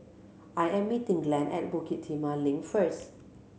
I am meeting Glenn at Bukit Timah Link first